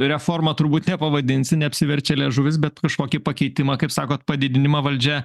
reforma turbūt nepavadinsi neapsiverčia liežuvis bet kažkokį pakeitimą kaip sakot padidinimą valdžia